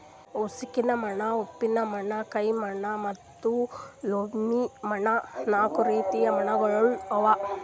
ಉಸುಕಿನ ಮಣ್ಣ, ಉಪ್ಪಿನ ಮಣ್ಣ, ಕ್ಲೇ ಮಣ್ಣ ಮತ್ತ ಲೋಮಿ ಮಣ್ಣ ನಾಲ್ಕು ರೀತಿದು ಮಣ್ಣುಗೊಳ್ ಅವಾ